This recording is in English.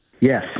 Yes